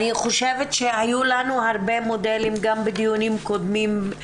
אני חושבת שהיו לנו הרבה מודלים גם בדיונים קודמים,